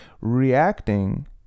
reacting